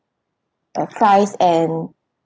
the fries and